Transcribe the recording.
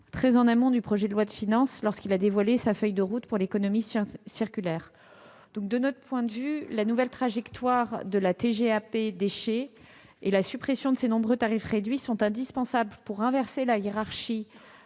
très en amont du projet de loi de finances, lorsqu'il a dévoilé sa feuille de route pour l'économie circulaire. De notre point de vue, la nouvelle trajectoire de la TGAP déchets et la suppression de ces nombreux tarifs réduits sont indispensables pour inverser la hiérarchie